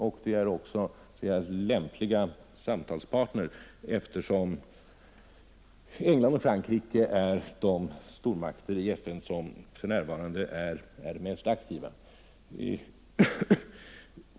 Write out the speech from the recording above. Det är också lämpliga samtalspartners, eftersom England och Frankrike är de stormakter i FN som för närvarande är de mest aktiva.